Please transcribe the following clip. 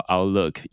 Outlook